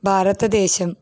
భారతదేశం